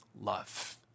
love